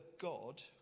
God